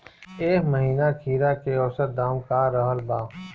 एह महीना खीरा के औसत दाम का रहल बा?